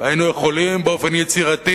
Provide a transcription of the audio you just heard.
והיינו יכולים באופן יצירתי,